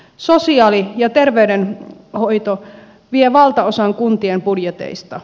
sosiaali ja terveydenhoito vie valtaosan kuntien budjeteista